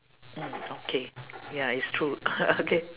mm okay ya it's true okay